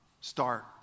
start